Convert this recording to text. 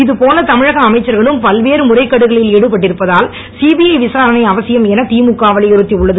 இதுபோல தமிழக அமைச்சர்களும் பல்வேறு முறைகேடுகளில் ஈடுபட்டிருப்பதால் சிபிஐ விசாரணை அவசியம் என திழுக வலியுறுத்தியுள்ளது